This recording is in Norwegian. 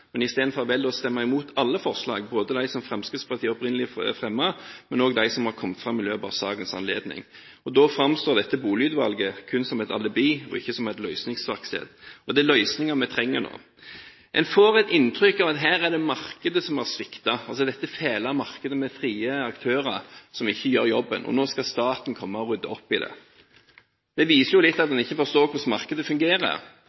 men isteden velger å stemme imot alle forslag, både de som Fremskrittspartiet opprinnelig fremmet, og også de om har kommet fram i sakens anledning. Da framstår dette boligutvalget kun som et alibi og ikke som et løsningsverksted, og det er løsninger vi nå trenger. En får et inntrykk av at her er det markedet som har sviktet, altså dette fæle markedet med frie aktører som ikke gjør jobben, og nå skal staten komme og rydde opp i det. Det viser jo litt at en ikke forstår hvordan markedet fungerer.